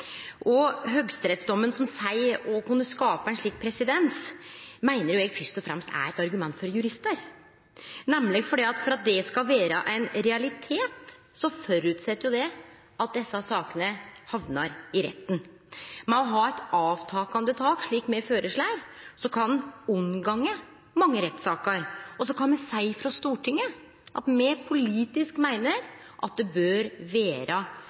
som seier å kunne skape ein slik presedens, meiner eg fyrst og fremst er eit argument for juristar, for viss det skal vere ein realitet, føreset det nemleg at desse sakene havnar i retten. Med å ha eit avtakande tak, slik me føreslår, kan ein unngå mange rettssaker, og så kan me seie frå Stortinget at me politisk meiner at det bør